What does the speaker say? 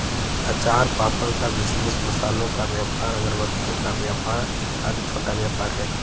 अचार पापड़ का बिजनेस, मसालों का व्यापार, अगरबत्ती का व्यापार आदि छोटा व्यापार है